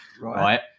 Right